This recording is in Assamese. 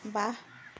ৱাহ